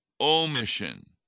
omission